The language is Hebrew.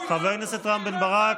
חבר הכנסת בן ברק,